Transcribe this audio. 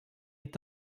est